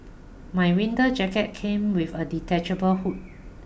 my winter jacket came with a detachable hood